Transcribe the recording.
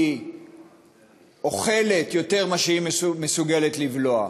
היא אוכלת יותר ממה שהיא מסוגלת לבלוע.